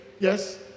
yes